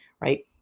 right